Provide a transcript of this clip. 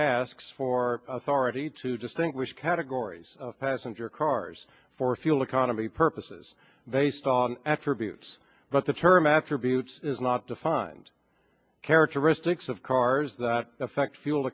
asks for authority to distinguish categories of passenger cars for fuel economy purposes based on attributes but the term attributes is not defined characteristics of cars that affect fuel